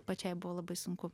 pačiai buvo labai sunku